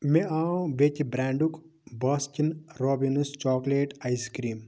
مےٚ آو بیٚیہِ برٛینٛڈُک Baskin Robbins chocolate ice cream